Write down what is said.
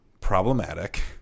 problematic